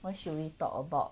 what should we talk about